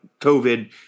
COVID